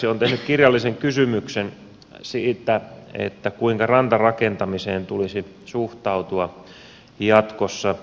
olen tehnyt kirjallisen kysymyksen siitä kuinka rantarakentamiseen tulisi suhtautua jatkossa